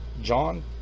John